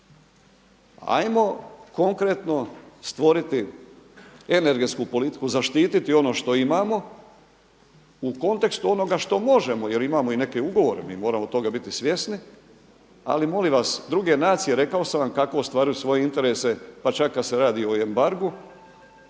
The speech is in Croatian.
Hajmo konkretno stvoriti energetsku politiku, zaštititi ono što imamo u kontekstu onoga što možemo jer imamo i neke ugovore. Mi moramo toga biti svjesni, ali molim vas druge nacije rekao sam vam kako ostvaruju svoje interese, pa čak kad se radi i o embargu.